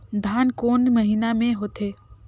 धान कोन महीना मे होथे?